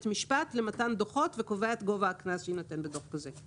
משפט למתן דוחות וקובע את גובה הקנס שיינתן בדוח כזה.